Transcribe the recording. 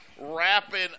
wrapping